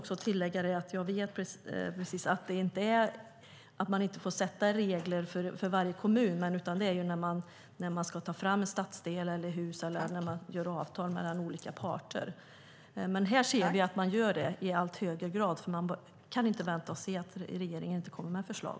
Jag måste tillägga att jag vet att man inte får sätta regler för varje kommun. Det görs när man tar fram en stadsdel, ett hus eller skriver avtal mellan olika parter. Här ser vi att man gör det i allt högre grad. Man kan inte vänta och se när regeringen inte kommer med förslag.